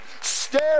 stare